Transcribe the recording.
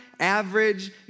Average